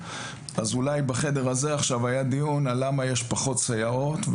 אז אולי בחדר הזה עכשיו היה דיון למה יש פחות סייעות,